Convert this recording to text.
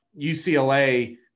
UCLA